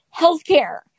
healthcare